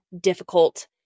difficult